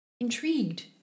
intrigued